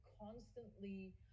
constantly